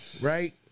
right